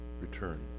Return